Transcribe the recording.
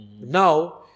Now